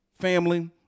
family